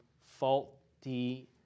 faulty